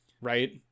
right